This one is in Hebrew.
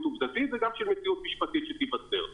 עובדתית וגם של מציאות משפטית שתיווצר.